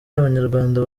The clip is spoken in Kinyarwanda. abanyarwanda